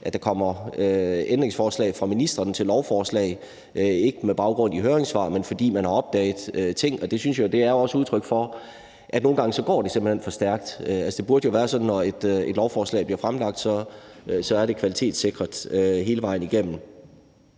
at der kommer ændringsforslag fra ministrene til lovforslag, ikke med baggrund i høringssvar, men fordi man har opdaget ting, og det synes jeg også er udtryk for, at det nogle gange simpelt hen går for stærkt. Det burde jo være sådan, at når et lovforslag bliver fremsat, er det kvalitetssikret hele vejen igennem.